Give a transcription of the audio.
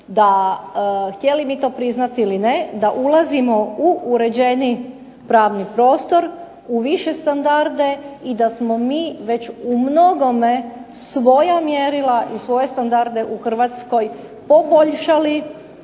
da htjeli mi to priznati ili ne da ulazimo uređeniji pravni prostor, u više standarde i da smo mi već u mnogome svoja mjerila i svoje standarde u Hrvatskoj poboljšali